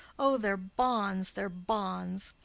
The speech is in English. o, their bones, their bones!